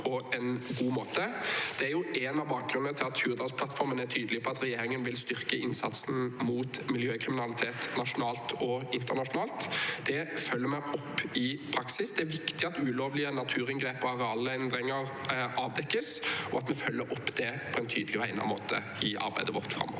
Det er en av bakgrunnene for at Hurdalsplattformen er tydelig på at regjeringen vil styrke innsatsen mot miljøkriminalitet nasjonalt og internasjonalt. Det følger vi opp i praksis. Det er viktig at ulovlige naturinngrep og arealendringer avdekkes, og at vi følger det opp på en tydelig og egnet måte i arbeidet vårt framover.